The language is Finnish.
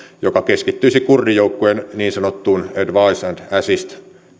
joka keskittyisi kurdijoukkojen niin sanottuun advise and assist